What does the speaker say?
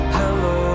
hello